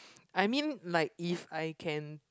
I mean like if I can